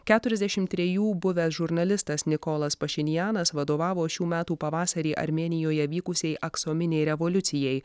keturiasdešimt trejų buvęs žurnalistas nikolas pašinjanas vadovavo šių metų pavasarį armėnijoje vykusiai aksominei revoliucijai